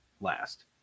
last